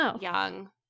young